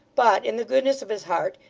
but, in the goodness of his heart,